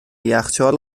یخچال